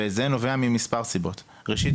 זה נובע מכמה סיבות: ראשית,